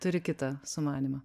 turi kitą sumanymą